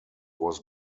was